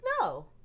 No